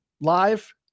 live